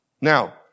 Now